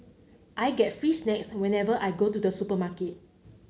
I get free snacks whenever I go to the supermarket